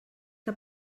que